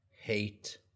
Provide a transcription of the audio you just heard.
hate